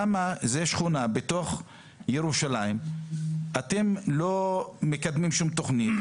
למה בשכונה בתוך ירושלים אתם לא מקדמים שום תוכנית,